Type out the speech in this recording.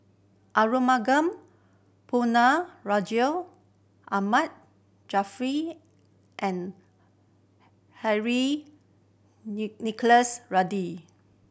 Arumugam Ponnu Rajah Ahmad Jaafar and Henry Nicholas Ridley